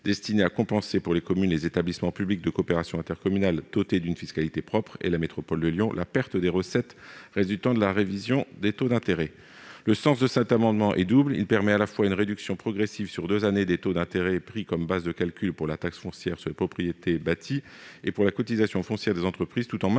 destiné à compenser pour les communes, les établissements publics de coopération intercommunale dotés d'une fiscalité propre et la métropole de Lyon la perte de recettes résultant de la révision des taux d'intérêt. Le sens de cet amendement est double : il permet à la fois une réduction progressive sur deux années des taux d'intérêt pris comme base de calcul pour la taxe foncière sur les propriétés bâties et pour la cotisation foncière des entreprises, tout en maintenant